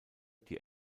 die